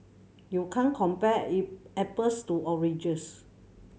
you can't compare apples to oranges